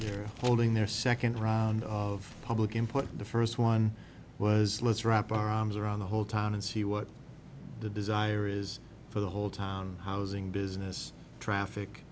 y're holding their second round of public input the first one was let's wrap our arms around the whole town and see what the desire is for the whole time housing business traffic